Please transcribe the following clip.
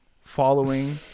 following